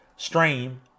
stream